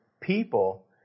people